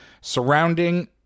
surrounding